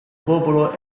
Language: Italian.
popolo